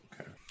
okay